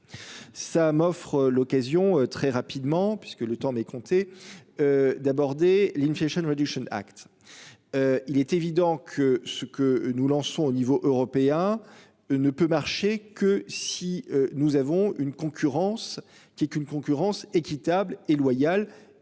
ça m'offre l'occasion très. Rapidement, puisque le temps m'est compté. D'aborder tchétchène ouais Duchesne acte. Il est évident que ce que nous lançons au niveau européen. Ne peut marcher que si nous avons une concurrence qui est qu'une concurrence équitable et loyale